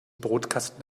brotkasten